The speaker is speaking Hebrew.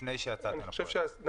לחברות הפורסות ואני אתייחס לזה.